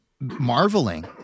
marveling